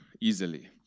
easily